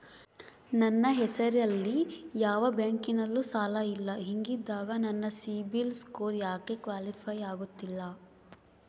ನನ್ನ ಹೆಸರಲ್ಲಿ ಯಾವ ಬ್ಯಾಂಕಿನಲ್ಲೂ ಸಾಲ ಇಲ್ಲ ಹಿಂಗಿದ್ದಾಗ ನನ್ನ ಸಿಬಿಲ್ ಸ್ಕೋರ್ ಯಾಕೆ ಕ್ವಾಲಿಫೈ ಆಗುತ್ತಿಲ್ಲ?